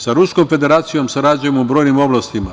Sa Ruskom Federacijom sarađujemo u brojnim oblastima.